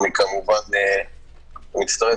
אני כמובן מצטרף,